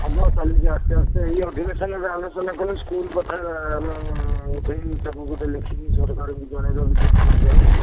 ହେବ ଚାଲିଛି ଆସ୍ତେ ଆସ୍ତେ ଏହି ଅଧିବେଶନରେ ଆଲୋଚନା କଲେ ସ୍କୁଲ କଥାଟା ଆମେ ଉଠାଇକି ତାକୁ ଗୋଟିଏ ଲେଖିକି ସରକାରଙ୍କୁ ଜଣାଇ ଦେବା ବି ଡ଼ି ଓ ଙ୍କ ମାଧ୍ୟମରେ